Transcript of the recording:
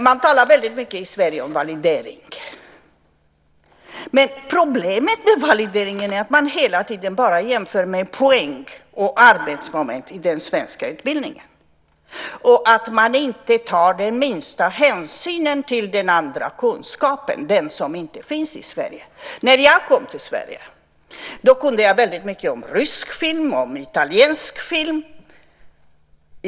Man talar väldigt mycket i Sverige om validering, men problemet med valideringen är att man hela tiden bara jämför med poäng och arbetsmoment i den svenska utbildningen och att man inte tar den minsta hänsyn till den andra kunskapen, den som inte finns i Sverige. När jag kom till Sverige kunde jag väldigt mycket om rysk film och om italiensk film.